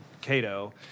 Cato